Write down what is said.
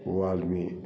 वो आदमी